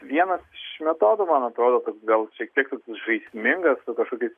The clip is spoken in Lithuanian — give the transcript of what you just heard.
vienas iš metodų man atrodo gal šiek tiek žaismingas su kažkokiais